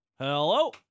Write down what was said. Hello